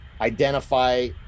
identify